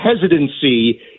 hesitancy